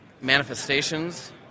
manifestations